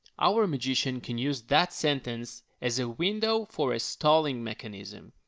our magician can use that sentence as a window for a stalling mechanism.